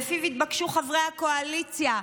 ולפיו התבקשו חברי הקואליציה,